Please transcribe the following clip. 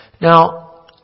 Now